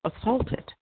assaulted